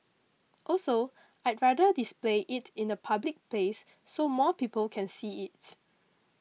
also I'd rather display it in a public place so more people can see it